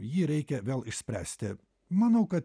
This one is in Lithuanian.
jį reikia vėl išspręsti manau kad